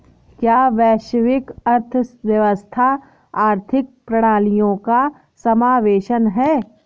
क्या वैश्विक अर्थव्यवस्था आर्थिक प्रणालियों का समावेशन है?